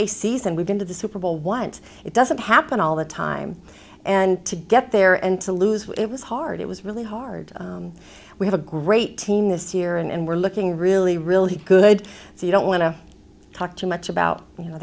season we've been to the super bowl once it doesn't happen all the time and to get there and to lose it was hard it was really hard we have a great team this it's year and we're looking really really good so you don't want to talk too much about you know